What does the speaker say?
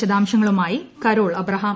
വിശദാംശങ്ങളുമായി Carol Abraham